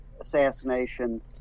assassination